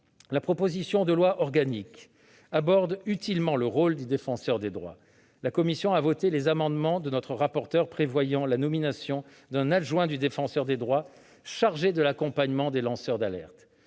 la proposition de loi organique aborde utilement le rôle du Défenseur des droits. La commission a voté les amendements du rapporteur prévoyant la nomination d'un adjoint du Défenseur des droits chargé de l'accompagnement des lanceurs d'alerte.